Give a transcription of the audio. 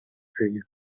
بگیرین